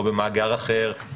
או במאגר אחר,